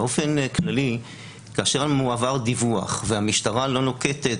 באופן כללי כאשר מועבר דיווח והמשטרה לא נוקטת